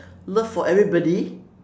love for everybody